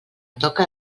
toca